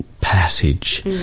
passage